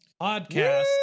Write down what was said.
podcast